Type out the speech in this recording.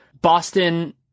Boston